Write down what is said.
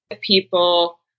People